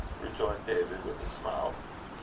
rejoined david with a smile.